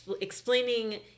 explaining